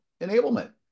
enablement